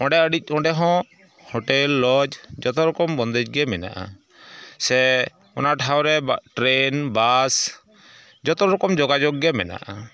ᱚᱸᱰᱮ ᱟᱹᱰᱤ ᱚᱸᱰᱮ ᱦᱚᱸ ᱦᱳᱴᱮᱞ ᱞᱚᱡᱽ ᱡᱚᱛᱚᱨᱚᱠᱚᱢ ᱵᱚᱱᱫᱮᱡᱽ ᱜᱮ ᱢᱮᱱᱟᱜᱼᱟ ᱥᱮ ᱚᱱᱟ ᱴᱷᱟᱶ ᱨᱮ ᱵᱟ ᱴᱨᱮᱱ ᱵᱟᱥ ᱡᱚᱛᱚᱨᱚᱠᱚᱢ ᱡᱳᱜᱟᱡᱳᱜᱽ ᱜᱮ ᱢᱮᱱᱟᱜᱼᱟ